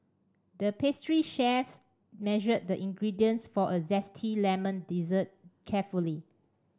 the pastry chef measured the ingredients for a zesty lemon dessert carefully